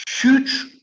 huge